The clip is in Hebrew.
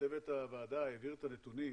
וצוות הוועדה העביר את הנתונים,